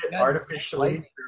artificially